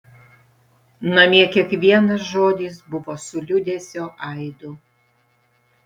namie kiekvienas žodis buvo su liūdesio aidu